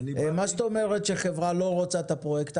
מה זאת אומרת שחברה לא רוצה את הפרויקט?